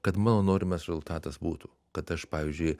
kad mano norimas rezultatas būtų kad aš pavyzdžiui